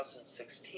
2016